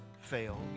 fail